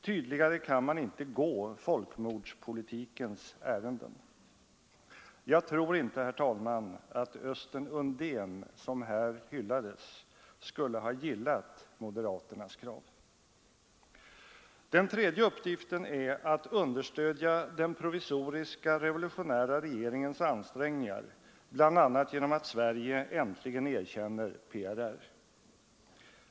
Tydligare kan man inte gå folkmordspolitikens ärenden! Jag tror inte, herr talman, att Östen Undén, som här hyllades, skulle ha gillat moderaternas krav. Den tredje uppgiften är att understödja den provisoriska revolutionära regeringens ansträngningar bl.a. genom att Sverige äntligen erkänner PRR.